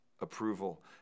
approval